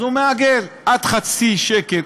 אז הוא מעגל: עד חצי שקל,